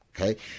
Okay